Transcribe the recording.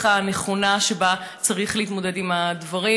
הנכונה שבה צריך להתמודד עם הדברים,